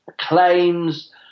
claims